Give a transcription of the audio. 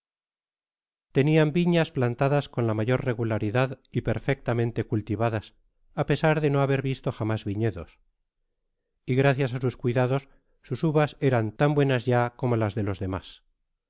viñas plantadas con la mayor regularidad y perfectamente cultivadas á pesar de no haber visto jamás viñedos y gracias á sus cuidados sus uvas eran tan buenas ya como las de lo demas